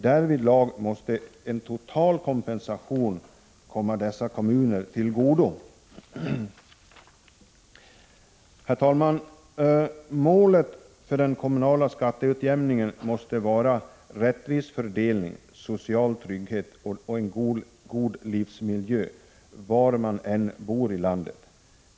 Därvidlag måste en total kompensation komma dessa kommuner till godo. Herr talman! Målet för den kommunala skatteutjämningen måste vara rättvis fördelning, social trygghet och en god livsmiljö var man än bor i landet.